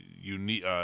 unique